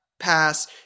pass